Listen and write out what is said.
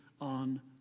on